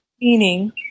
meaning